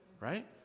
right